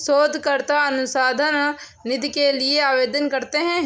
शोधकर्ता अनुसंधान निधि के लिए आवेदन करते हैं